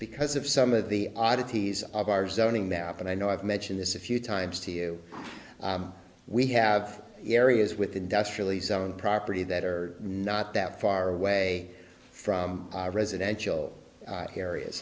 because of some of the oddities of our zoning now and i know i've mentioned this a few times to you we have areas with industrially zone property that are not that far away from residential areas